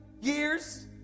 years